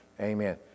Amen